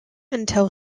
until